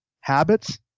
Habits